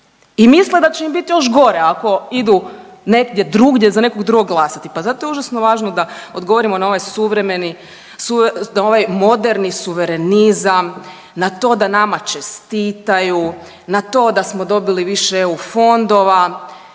i da će im biti još gore ako idu negdje drugdje za nekog drugog glasati. Pa zato je užasno važno da odgovorimo na ovaj suvremeni, da ovaj moderni suverenizam na to da nama čestitaju, na to da smo dobili više EU fondova,